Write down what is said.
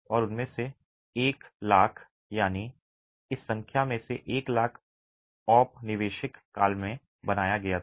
और उनमें से 100000 यानी इस संख्या में से 1 लाख औपनिवेशिक काल में बनाया गया था